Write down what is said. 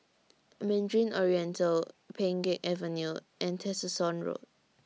Mandarin Oriental Pheng Geck Avenue and Tessensohn Road